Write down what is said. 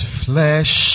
flesh